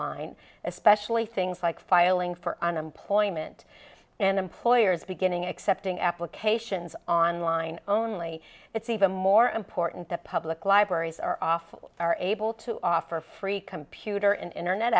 line especially things like filing for unemployment and employers beginning accepting applications online only it's even more important that public libraries are often are able to offer free computer and internet